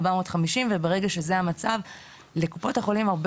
450 וברגע שזה המצב לקופות החולים הרבה